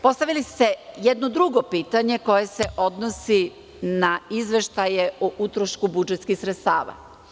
Postavili ste jedno drugo pitanje koje se odnosi na izveštaje o utrošku budžetskih sredstava.